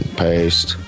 paste